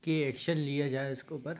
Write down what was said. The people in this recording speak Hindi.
कि एक्शन लिया जाए इसके ऊपर